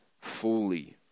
fully